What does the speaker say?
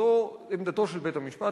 זו עמדתו של בית-המשפט,